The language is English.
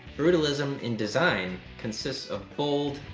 brutalism in design consists of bold,